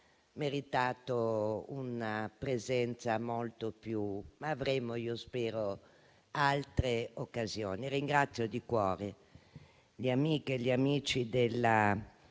meritato una presenza molto più numerosa. Ma avremo - io spero - altre occasioni. Io ringrazio di cuore le amiche e gli amici della